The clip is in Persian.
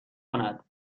کند